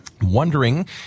Wondering